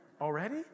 already